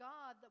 God